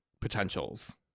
potentials